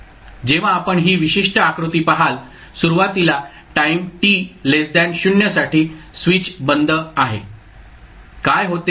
जेव्हा आपण ही विशिष्ट आकृती पहाल सुरुवातीला टाईम t 0 साठी स्विच बंद आहे काय होते